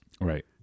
Right